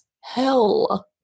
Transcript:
hell